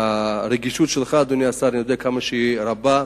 והרגישות שלך, אדוני השר, אני יודע כמה שהיא רבה.